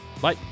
Bye